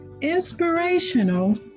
inspirational